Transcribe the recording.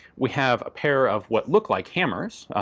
we have a pair of what look like hammers,